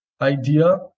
idea